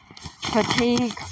fatigue